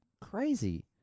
crazy